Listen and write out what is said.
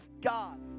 God